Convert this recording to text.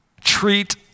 treat